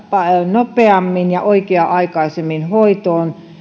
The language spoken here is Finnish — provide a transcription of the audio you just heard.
nopeammin ja oikea aikaisemmin hoitoon